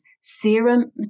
serum